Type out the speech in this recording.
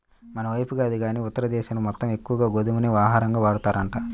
మనైపు కాదు గానీ ఉత్తర దేశం మొత్తం ఎక్కువగా గోధుమనే ఆహారంగా వాడతారంట